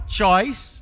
choice